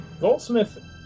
Goldsmith